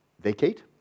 vacate